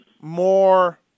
more